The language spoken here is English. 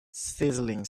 sizzling